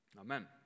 Amen